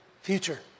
future